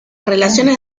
relaciones